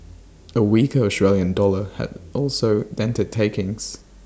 A weaker Australian dollar also dented takings